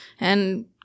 and-